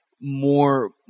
more